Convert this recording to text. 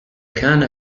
كان